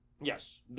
Yes